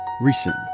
recent